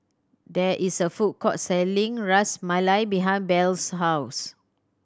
there is a food court selling Ras Malai behind Belle's house